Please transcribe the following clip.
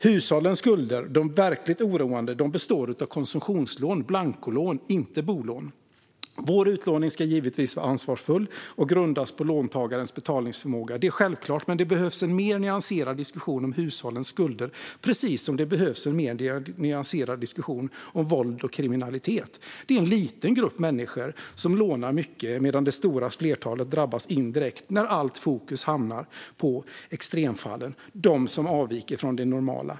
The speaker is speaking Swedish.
Den verkligt oroande delen av hushållens skulder består av konsumtionslån, blankolån, och inte bolån. Utlåningen ska givetvis vara ansvarsfull och grundas på låntagarens betalningsförmåga. Det är självklart. Men det behövs en mer nyanserad diskussion om hushållens skulder, precis som det behövs en mer nyanserad diskussion om våld och kriminalitet. Det är en liten grupp människor som lånar mycket, medan det stora flertalet drabbas indirekt när allt fokus hamnar på extremfallen: de som avviker från det normala.